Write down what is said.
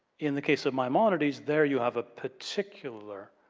in the case of maimonides there you have a particular